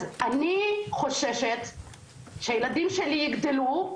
אז אני חוששת שהילדים שלי יגדלו,